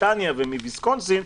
מבריטניה ומוויסקונסין,